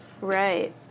Right